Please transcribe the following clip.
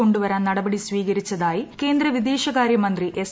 കൊണ്ടുവരാൻ നടപടി സ്വീകരിച്ചതായി കേന്ദ്ര വിദേശകാര്യമന്ത്രി എസ്